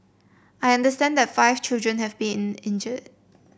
I understand that five children have been injured